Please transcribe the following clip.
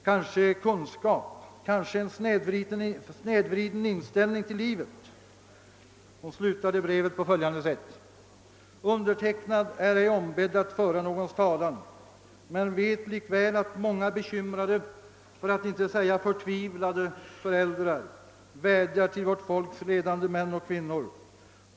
Kanske kunskap — kanske en snedvriden inställning till livet?> Hon slutade brevet på följande sätt: >Undertecknad är ej ombedd att föra någons talan men vet likväl att många bekymrade — för att inte säga förtvivlade — föräldrar vädjar till vårt folks ledande män och kvin nor.